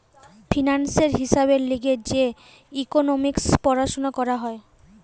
ফিন্যান্সের হিসাবের লিগে যে ইকোনোমিক্স পড়াশুনা করা হয়